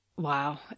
Wow